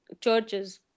churches